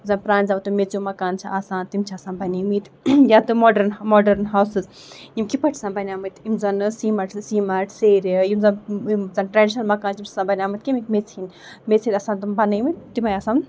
پرانہِ زَمانہٕ تِم میٚژِو مَکانہٕ چھِ آسان تمِ چھِ آسان بَنیے مۭتۍ یا تہِ ماڈٲرٕنۍ ماڈٲرٕنۍ ہوسِز یِم کِتھ پٲٹھۍ چھِ آسان بِنے مٕتۍ یِم زَن ٲسۍ سیٖمَٹھ تہٕ سیٖمَٹھ سیرِ یِم زَن یِم زن ٹریڈِشنل مکانہٕ چھِ تِم چھِ آسان بَنے مٕتۍ کَمِکۍ میژِ ہِندۍ میژِ ہنٛدۍ آسان تِم بَنے مٕتۍ تِمے آسان